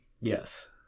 Yes